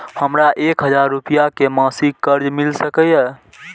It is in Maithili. हमरा एक हजार रुपया के मासिक कर्ज मिल सकिय?